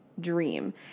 dream